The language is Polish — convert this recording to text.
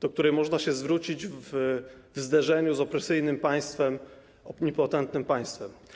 do której można się zwrócić w sytuacji zderzenia z opresyjnym państwem, omnipotentnym państwem.